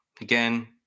Again